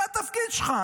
זה התפקיד שלך.